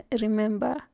remember